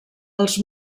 els